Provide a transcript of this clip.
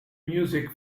music